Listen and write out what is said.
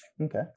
Okay